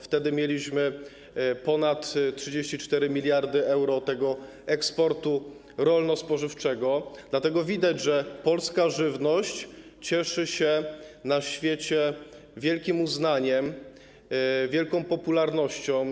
Wtedy mieliśmy ponad 34 mld euro tego eksportu rolno-spożywczego, dlatego widać, że polska żywność cieszy się na świecie wielkim uznaniem, wielką popularnością.